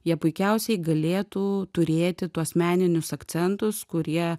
jie puikiausiai galėtų turėti tuos meninius akcentus kurie